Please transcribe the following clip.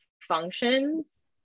functions